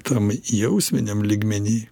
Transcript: tam jausminiam lygmeny